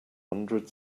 hundred